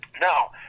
Now